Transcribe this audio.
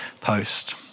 post